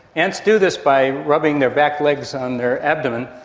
ants do this by rubbing their back legs on their abdomen.